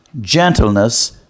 gentleness